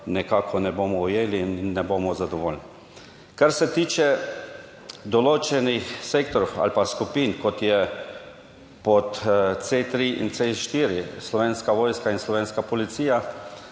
(Nadaljevanje) ne bomo zadovoljni. Kar se tiče določenih sektorjev ali pa skupin, kot je pod C3 in C4 Slovenska vojska in Slovenska policija,